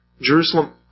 Jerusalem